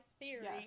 theory